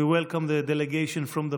We welcome the delegation from the